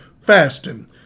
fasting